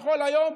יכלו היום